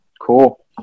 Cool